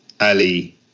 Ali